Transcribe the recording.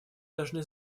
должны